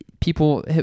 people